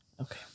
Okay